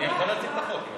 אני יכול להציג את החוק.